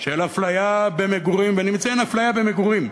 של אפליה במגורים, ואני מציין אפליה במגורים,